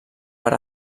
per